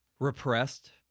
Repressed